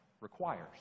requires